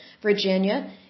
Virginia